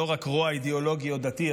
לא רק רוע אידיאולוגי ודתי,